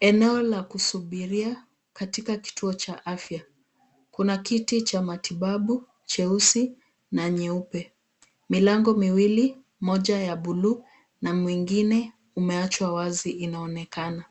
Eneo la kusubiria katika kituo cha afya. Kuna kiti cha matibabu cheusi na nyeupe, milango miwili moja ya buluu na mwingine umeachwa wazi inaonekana